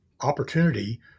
opportunity